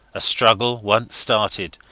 a struggle once started,